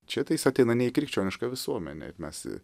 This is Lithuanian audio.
čia tai jis ateina ne į krikščionišką visuomenęir mes